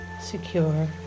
secure